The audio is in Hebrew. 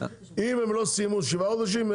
אם הם לא סיימו שבעה חודשים,